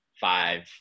five